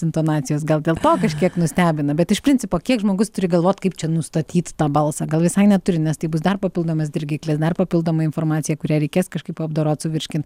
intonacijos gal dėl to kažkiek nustebina bet iš principo kiek žmogus turi galvot kaip čia nustatyt tą balsą gal visai neturi nes tai bus dar papildomas dirgiklis dar papildoma informacija kurią reikės kažkaip apdorot suvirškint